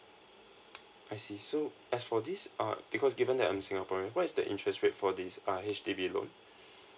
I see so as for this uh because given that I'm singaporean what is the interest rate for this uh H_D_B loan